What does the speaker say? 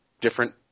different